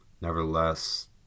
nevertheless